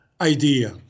idea